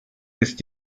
ist